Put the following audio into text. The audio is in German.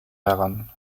daran